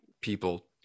people